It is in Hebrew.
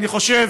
אני חושב